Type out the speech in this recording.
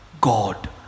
God